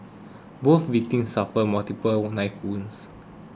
both victims suffered multiple knife wounds